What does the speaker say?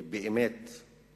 במדיניות של הממשלה הזאת.